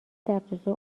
دقیقه